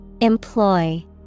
Employ